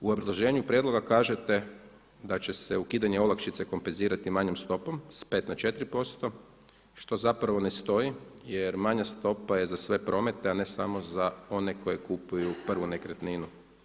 U obrazloženju prijedloga kažete da će se ukidanje olakšice kompenzirati manjom stopom sa 5 na 4% što zapravo ne stoji, jer manja stopa je za sve promete, a ne samo za one koji kupuju prvu nekretninu.